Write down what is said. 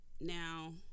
Now